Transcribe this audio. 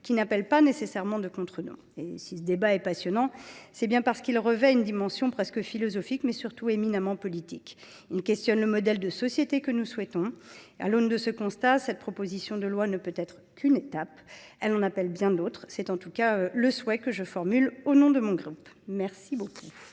qui n’appelle pas nécessairement de contre don. Si ce débat est passionnant, c’est bien parce qu’il revêt une dimension presque philosophique, mais surtout éminemment politique. Il pose la question du modèle de société que nous souhaitons. À l’aune de ce constat, cette proposition de loi ne peut être qu’une étape. Elle en appelle bien d’autres. Tel est en tout cas le souhait que je formule au nom de mon groupe. La parole